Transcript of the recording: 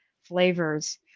flavors